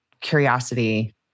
curiosity